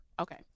Okay